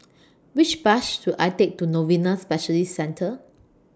Which Bus should I Take to Novena Specialist Centre